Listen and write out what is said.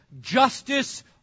justice